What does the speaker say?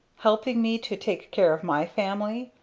helping me to take care of my family?